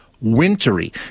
wintry